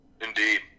indeed